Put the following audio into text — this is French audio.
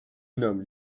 nomme